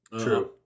true